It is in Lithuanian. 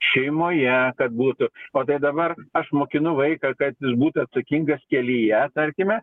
šeimoje kad būtų o tai dabar aš mokinu vaiką kad jis būtų atsakingas kelyje tarkime